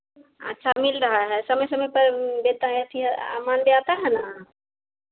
अच्छा मिल रहा है समय समय पर वो वेतन अथी आर आ मानदेय आता है ना